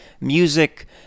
music